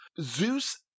Zeus